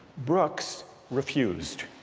brooks refused